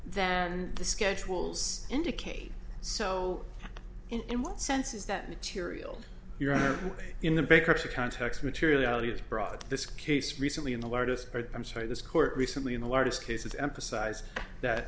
than the schedules indicate so in what sense is that material you're in the bankruptcy context materially has brought this case recently in the largest or i'm sorry this court recently in the largest cases emphasized that